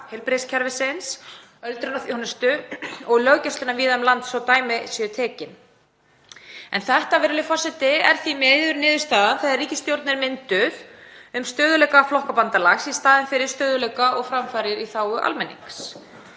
heilbrigðiskerfisins, öldrunarþjónustu og löggæslunnar víða um land, svo dæmi séu tekin. En þetta, virðulegi forseti, er því miður niðurstaðan þegar ríkisstjórn er mynduð um stöðugleika flokkabandalags í staðinn fyrir stöðugleika og framfarir í þágu almennings.